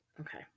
Okay